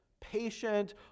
patient